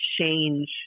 change